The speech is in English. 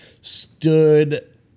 stood